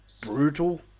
brutal